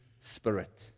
Spirit